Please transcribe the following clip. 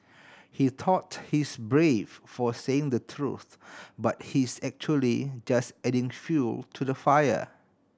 he thought he's brave for saying the truth but he's actually just adding fuel to the fire